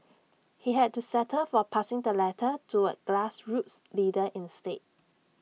he had to settle for passing the letter to A grassroots leader instead